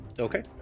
Okay